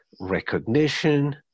recognition